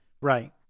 right